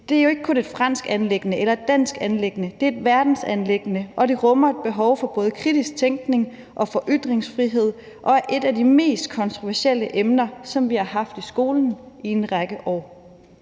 Det er jo ikke kun et fransk anliggende eller et dansk anliggende, det er et verdensanliggende, og det rummer et behov for både kritisk tænkning og for ytringsfrihed og er et af de mest kontroversielle emner, som vi har haft i skolen i en række år.